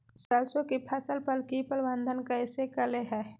सरसों की फसल पर की प्रबंधन कैसे करें हैय?